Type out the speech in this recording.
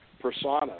persona